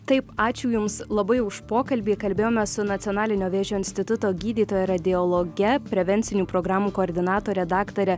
taip ačiū jums labai už pokalbį kalbėjome su nacionalinio vėžio instituto gydytoja radiologe prevencinių programų koordinatore daktare